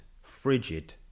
frigid